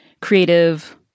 creative